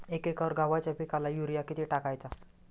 एक एकर गव्हाच्या पिकाला युरिया किती टाकायचा?